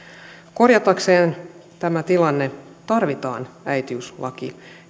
lapsiin korjaamaan tämä tilanne tarvitaan äitiyslaki